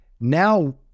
Now